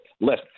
list